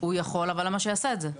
הוא יכול, אבל למה שיעשה את זה?